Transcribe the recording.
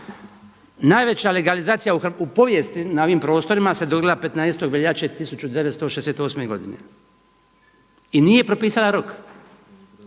Najveća legalizacija u povijesti na ovim prostorima se dogodila 15. veljače 1968. godine i nije propisala rok.